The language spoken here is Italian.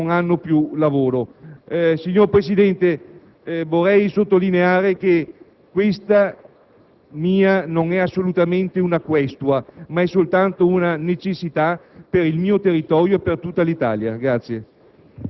Signor Presidente, vorrei sottolineare che la mia non è assolutamente una questua, ma soltanto una necessità per il mio territorio e per tutta l'Italia.